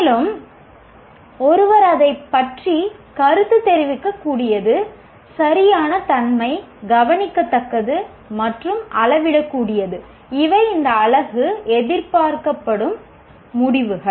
மேலும் ஒருவர் அதைப் பற்றி கருத்து தெரிவிக்கக் கூடியது சரியான தன்மை கவனிக்கத்தக்கது மற்றும் அளவிடக்கூடியது இவை இந்த அலகு எதிர்பார்க்கப்படும் முடிவுகள்